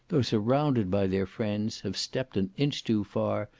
though surrounded by their friends, have stepped an inch too far,